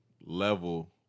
level